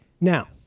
now